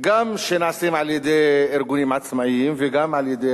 שניתנים גם על-ידי ארגונים עצמאיים וגם על-ידי